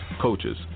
coaches